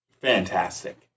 fantastic